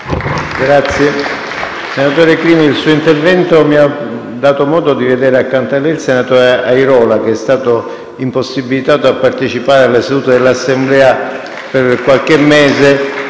Senatore Crimi, il suo intervento mi ha dato modo di vedere accanto a lei il senatore Airola, che è stato impossibilitato a partecipare alle sedute dell'Assemblea per qualche mese